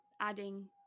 adding